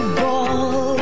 ball